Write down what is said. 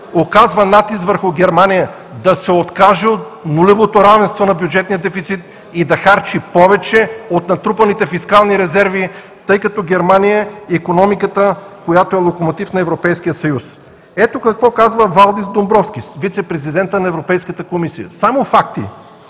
оказва натиск върху Германия да се откаже от нулевото равенство на бюджетния дефицит и да харчи повече от натрупаните фискални резерви, тъй като Германия е икономиката, която е локомотив на Европейския съюз. Ето, какво казва Валдис Домбровскис – вицепрезидентът на Европейската комисия, само факти: